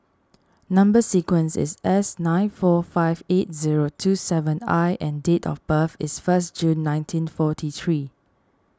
Number Sequence is S nine four five eight zero two seven I and date of birth is first June nineteen forty three